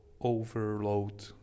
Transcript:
overload